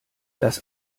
das